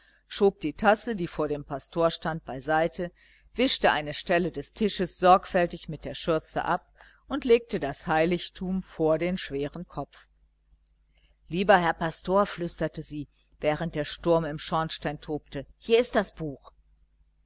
schob die tasse die vor dem pastor stand beiseite wischte eine stelle des tisches sorgfältig mit der schürze ab und legte das heiligtum vor den schweren kopf lieber herr pastor flüsterte sie während der sturm im schornstein tobte hier ist das buch